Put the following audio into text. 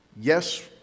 yes